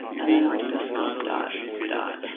and then i'll go dot dot.